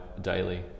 daily